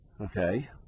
Okay